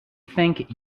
think